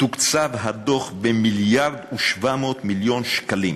תוקצב הדוח ב-1.7 מיליארד שקלים,